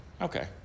okay